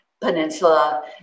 Peninsula